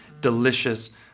Delicious